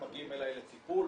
מגיעים אלי לטפול,